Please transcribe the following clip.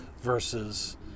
versus